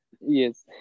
yes